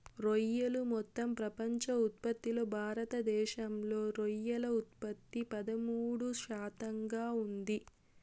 రొయ్యలు మొత్తం ప్రపంచ ఉత్పత్తిలో భారతదేశంలో రొయ్యల ఉత్పత్తి పదమూడు శాతంగా ఉంది